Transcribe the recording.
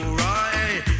right